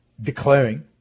declaring